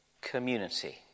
community